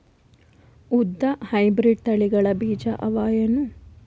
ಉದ್ದ ಹೈಬ್ರಿಡ್ ತಳಿಗಳ ಬೀಜ ಅವ ಏನು?